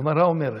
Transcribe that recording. הגמרא אומרת: